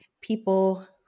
people